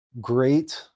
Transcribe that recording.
great